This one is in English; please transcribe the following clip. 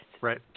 Right